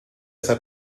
esa